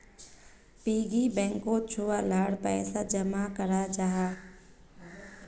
piggy बैंकोत छुआ लार पैसा जमा कराल जाहा